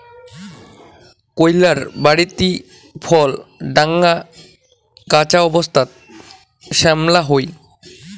কইল্লার বাড়তি ফল ঢাঙা, কাঁচা অবস্থাত শ্যামলা হই